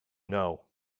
know